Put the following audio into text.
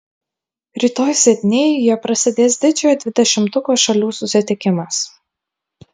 rytoj sidnėjuje prasidės didžiojo dvidešimtuko šalių susitikimas